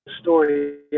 story